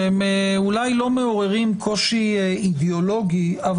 שהם אולי לא מעוררים קושי אידיאולוגי אבל